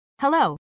Hello